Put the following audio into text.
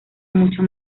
mucho